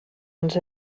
ens